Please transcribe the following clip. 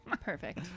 Perfect